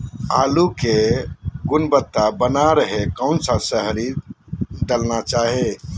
आलू की गुनबता बना रहे रहे कौन सा शहरी दलना चाये?